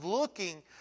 looking